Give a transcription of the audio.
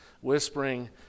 Whispering